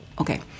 okay